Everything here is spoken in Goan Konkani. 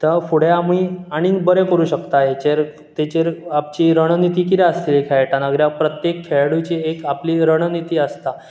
तर फुडें आमी आनीक बरें करूंक शकता हेचेर तेचेर आमची रणनिती कितें आसली खेळटाना कित्याक प्रत्येक खेळेडूची आपली एक रणनिती आसता